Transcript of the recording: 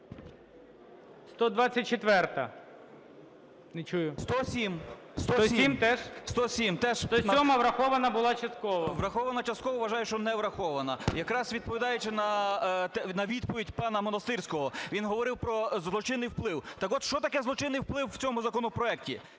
В.М. 107. ГОЛОВУЮЧИЙ. 107-а врахована була частково. В’ЯТРОВИЧ В.М. Врахована частково, вважаю, що не врахована. Якраз відповідаючи на відповідь пана Монастирського, він говорив про злочинний вплив. Так от, що таке злочинний вплив в цьому законопроекті?